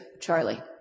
Charlie